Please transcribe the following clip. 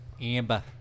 Amber